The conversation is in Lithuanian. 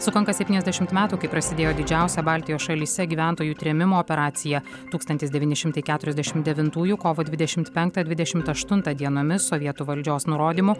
sukanka septyniasdešimt metų kai prasidėjo didžiausia baltijos šalyse gyventojų trėmimo operacija tūkstantis devyni šimtai keturiasdešimt devintųjų kovo dvidešimt penktą dvidešimt aštuntą dienomis sovietų valdžios nurodymu